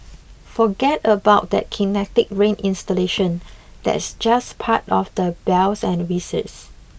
forget about that Kinetic Rain installation that's just part of the bells and whistles